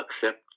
accept